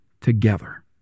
together